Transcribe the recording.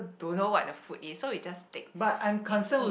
don't know what the food is so we just take and eat